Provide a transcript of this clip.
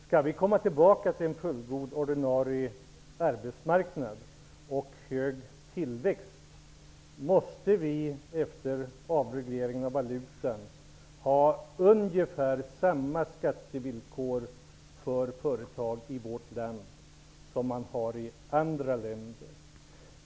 Skall vi komma tillbaka till en fullgod ordinarie arbetsmarknad och en hög tillväxt, måste vi efter avregleringen av valutan ha ungefär samma skattevillkor för företag i vårt land som man har i andra länder.